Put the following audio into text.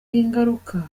ingaruka